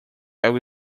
algo